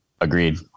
Agreed